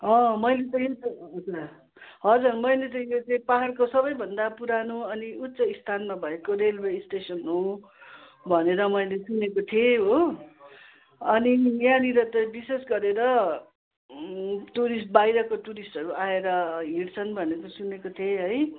मैले त्यही त हजुर मैले चाहिँ यो चाहिँ पहाड़को सबै भन्दा पुरानो अनि उच्च स्थानमा भएको रेलवे स्टेसन हो भनेर मैले सुनेको थिएँ हो अनि यहाँनेर त बिशेष गरेर टुरिष्ट बाहिरको टुरिष्टहरू आएर हिँड़्छन् भनेको सुनेको थिएँ है